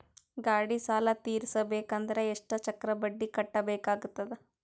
ಗಾಡಿ ಸಾಲ ತಿರಸಬೇಕಂದರ ಎಷ್ಟ ಚಕ್ರ ಬಡ್ಡಿ ಕಟ್ಟಬೇಕಾಗತದ?